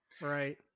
right